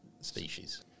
species